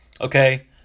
Okay